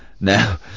now